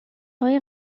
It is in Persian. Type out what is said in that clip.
های